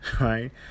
right